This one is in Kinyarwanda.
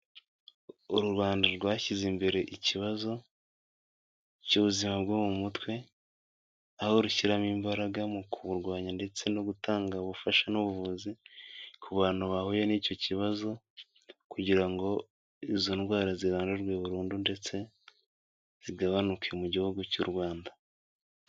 Uru Rwanda rwashyize imbere ikibazo cy'ubuzima bwo mu mutwe, aho rushyiramo imbaraga mu kuburwanya ndetse no gutanga ubufasha n'ubuvuzi ku bantu bahuye n'icyo kibazo kugira ngo izo ndwara zirandurwe burundu ndetse zigabanuke mu gihugu cy'u Rwanda.